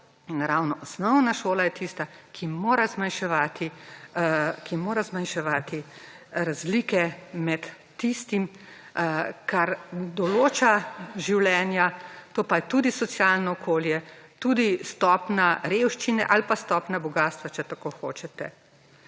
ravno osnovna šola je tista, ki mora zmanjševati razlike med tistim, kar določa življenja, to pa je tudi socialno okolje, tudi stopnja revščine ali pa stopnja bogastva, če tako hočete.